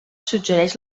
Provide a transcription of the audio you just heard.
suggereix